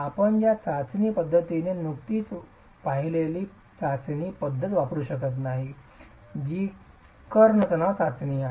आपण ज्या चाचणी पद्धतीने नुकतीच पाहिलेली चाचणी पद्धत वापरू शकत नाही जी कर्ण तणाव चाचणी आहे